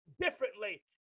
differently